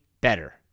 better